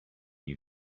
you